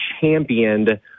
championed